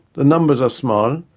the numbers are small,